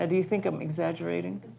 and you think i'm exaggerating?